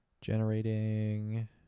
generating